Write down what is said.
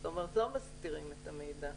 זאת אומרת, לא מסתירים את המידע.